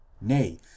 Nay